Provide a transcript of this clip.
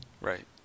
Right